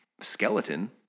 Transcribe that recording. skeleton